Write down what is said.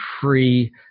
free